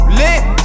lit